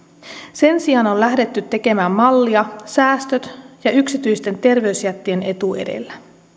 sen sijaan on on lähdetty tekemään mallia säästöt ja yksityisten terveysjättien etu edellä